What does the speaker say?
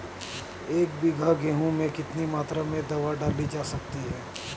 एक बीघा गेहूँ में कितनी मात्रा में दवा डाली जा सकती है?